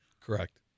Correct